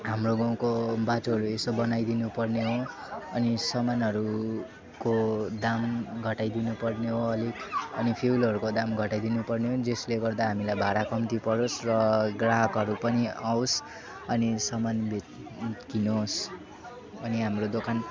हाम्रो गाउँको बाटोहरू यसो बनाइदिनुपर्ने हो अनि सामानहरूको दाम घटाइदिनुपर्ने हो अलिक अनि फ्युलहरूको दाम घटाइदिनुपर्ने हो जसले गर्दा हामीलाई भाडा कम्ती परोस् र ग्राहकहरू पनि आवोस् अनि सामान बे किनोस् अनि हाम्रो दोकान